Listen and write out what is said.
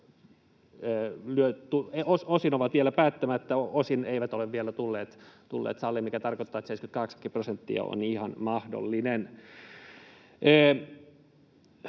osin ovat vielä päättämättä, osin eivät ole vielä tulleet saliin, mikä tarkoittaa, että 78 prosenttiakin on ihan mahdollinen.